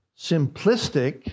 simplistic